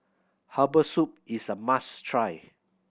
herbal soup is a must try